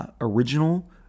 original